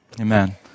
amen